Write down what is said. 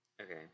okay